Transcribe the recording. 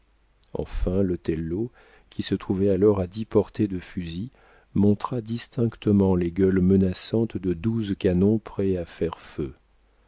enfin l'othello qui se trouvait alors à dix portées de fusil montra distinctement les gueules menaçantes de douze canons prêts à faire feu